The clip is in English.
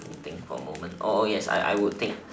let me think for moment oh yes I I would take